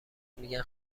میگن